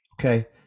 okay